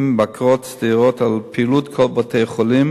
בקרות סדירות על פעילות כל בתי-החולים,